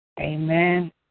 Amen